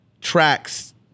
tracks